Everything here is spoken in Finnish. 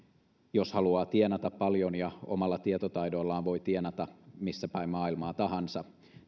jos haluaa tienata paljon ja omalla tietotaidollaan voi tienata missäpäin maailmaa tahansa